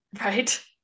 Right